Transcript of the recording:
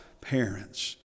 parents